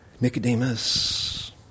Nicodemus